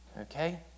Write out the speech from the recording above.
okay